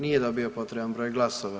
Nije dobio potreban broj glasova.